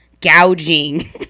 gouging